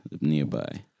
nearby